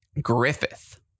Griffith